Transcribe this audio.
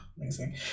Amazing